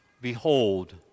behold